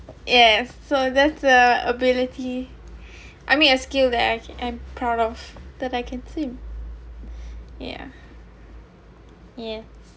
yes so that's a ability I mean a skill that I can I'm proud of that I can same ya